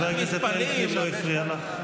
חבר הכנסת אלקין לא הפריע לך.